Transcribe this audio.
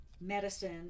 medicine